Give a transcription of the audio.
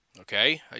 Okay